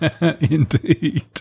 Indeed